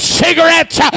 cigarettes